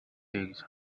things